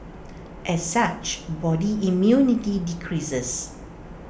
as such body immunity decreases